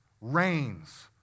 reigns